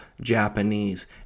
Japanese